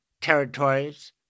territories